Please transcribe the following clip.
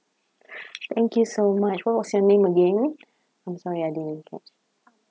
thank you so much what was your name again I'm sorry I didn't catch